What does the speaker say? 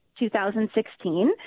2016